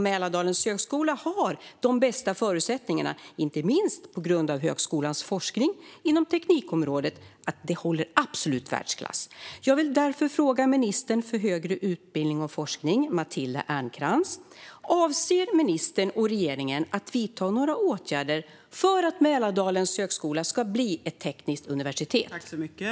Mälardalens högskola har de bästa förutsättningarna, inte minst tack vare att högskolans forskning inom teknikområdet håller absolut världsklass. Jag vill därför fråga ministern för högre utbildning och forskning Matilda Ernkrans: Avser ministern och regeringen att vidta några åtgärder för att Mälardalens högskola ska bli ett tekniskt universitet?